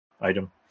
item